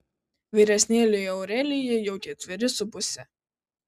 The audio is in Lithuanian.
vyresnėliui aurelijui jau ketveri su puse